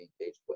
engaged